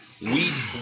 wheat